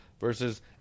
versus